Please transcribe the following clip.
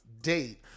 date